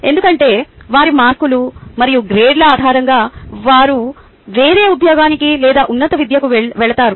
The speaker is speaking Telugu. ఎందుకంటే వారి మార్కులు మరియు గ్రేడ్ల ఆధారంగా వారు వేరే ఉద్యోగానికి లేదా ఉన్నత విద్యకు వెళతారు